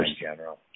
general